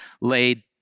laid